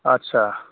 आदसा